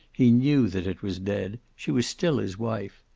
he knew that it was dead, she was still his wife.